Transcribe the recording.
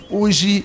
hoje